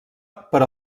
per